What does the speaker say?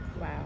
Wow